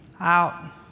out